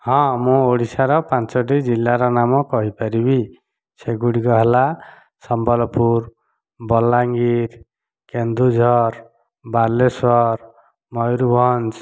ହଁ ମୁଁ ଓଡ଼ିଶାର ପାଞ୍ଚଟି ଜିଲ୍ଲାର ନାମ କହିପାରିବି ସେଗୁଡ଼ିକ ହେଲା ସମ୍ବଲପୁର ବଲାଙ୍ଗୀର କେନ୍ଦୁଝର ବାଲେଶ୍ୱର ମୟୁରଭଞ୍ଜ